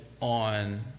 on